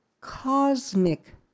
cosmic